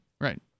Right